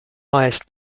highest